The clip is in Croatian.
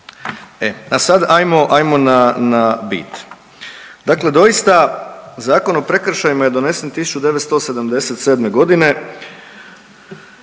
ajmo, ajmo na, na bit. Dakle doista Zakon o prekršajima je donesen 1977.g.,